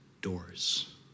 doors